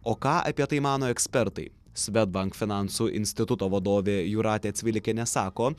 o ką apie tai mano ekspertai swedbank finansų instituto vadovė jūratė cvilikienė sako